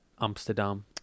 Amsterdam